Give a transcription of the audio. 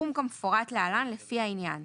סכום כמפורט להלן, לפי העניין: